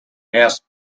asked